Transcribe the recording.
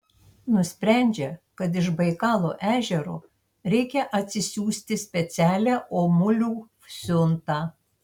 nusprendžia kad iš baikalo ežero reikia atsisiųsti specialią omulių siuntą